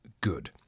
good